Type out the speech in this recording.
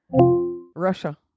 Russia